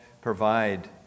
provide